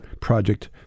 project